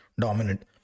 dominant